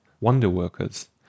wonder-workers